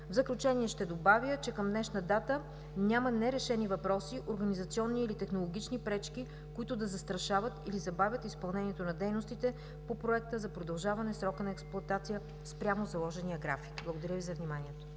В заключение ще добавя, че към днешна дата няма нерешени въпроси, организационни или технологични пречки, които да застрашават, или забавят изпълнението на дейностите по проекта за продължаване срока на експлоатация спрямо заложения график. Благодаря Ви за вниманието.